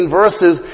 verses